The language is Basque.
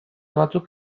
batzuk